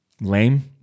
Lame